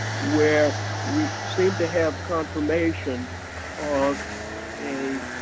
where we seem to have confirmation of a